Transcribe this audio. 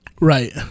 Right